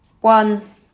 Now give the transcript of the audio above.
one